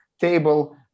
table